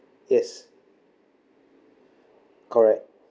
yes correct